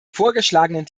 vorgeschlagenen